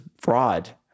fraud